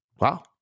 wow